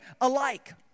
alike